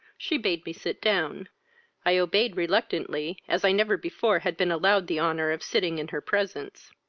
she bade me sit down i obeyed reluctantly, as i never before had been allowed the honour of sitting in her presence.